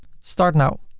start now.